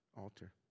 altar